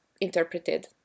interpreted